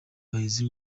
bahizi